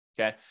okay